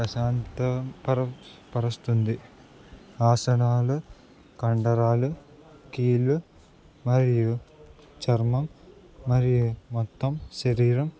ప్రశాంత పరుస్తుంది ఆసనాలు కండరాలు కీళ్లు మరియు చర్మం మరియు మొత్తం శరీరం